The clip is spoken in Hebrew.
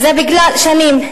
שנים.